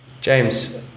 James